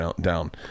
down